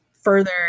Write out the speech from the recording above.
further